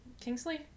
Kingsley